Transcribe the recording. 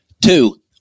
Two